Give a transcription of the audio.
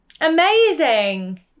Amazing